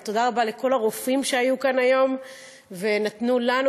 תודה רבה לכל הרופאים שהיו כאן היום ונתנו לנו